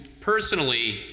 personally